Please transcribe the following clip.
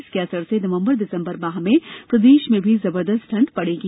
इसके असर से नवंबर दिसंबर माह में मध्य प्रदेश में भी जबरदस्त ठंड पड़ेगी